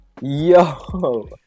Yo